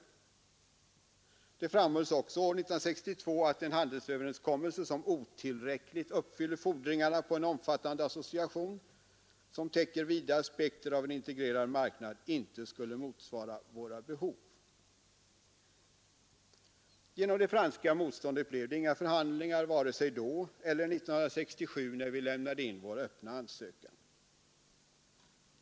Det framhölls också år 1962 att en handelsöverenskommelse som otillräckligt uppfyller fordringarna på en omfattande association vilken täcker vida aspekter av en integrerad marknad inte skulle motsvara våra behov. Genom det franska motståndet blev det inga förhandlingar, vare sig då eller 1967 när vi lämnade in vår öppna ansökan.